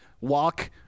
walk